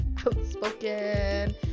outspoken